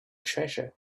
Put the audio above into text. treasure